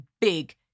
big